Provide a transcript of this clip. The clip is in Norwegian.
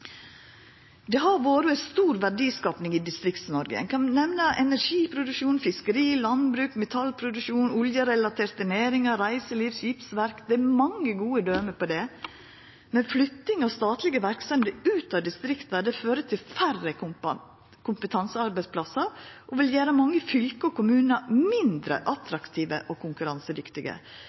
har vore stor verdiskaping i Distrikts-Noreg. Eg kan nemna energiproduksjon, fiskeri, landbruk, metallproduksjon, oljerelaterte næringar, reiseliv og skipsverft – det er mange gode døme på det. Men flytting av statlege verksemder ut av distrikta fører til færre kompetansearbeidsplassar og vil gjera mange fylke og kommunar mindre attraktive og konkurransedyktige.